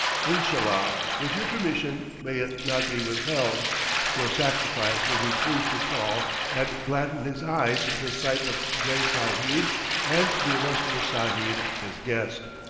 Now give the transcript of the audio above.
inshallah, with your permission may it not be withheld your sacrifice will be pleased to call and gladden his eyes with a sight of gray sahib and the illustrious sahib his guest.